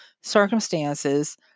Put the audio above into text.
circumstances